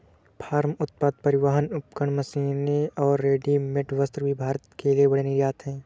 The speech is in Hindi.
फार्म उत्पाद, परिवहन उपकरण, मशीनरी और रेडीमेड वस्त्र भी भारत के लिए बड़े निर्यात हैं